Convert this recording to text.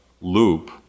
loop